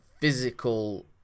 physical